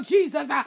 Jesus